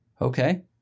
okay